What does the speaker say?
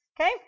Okay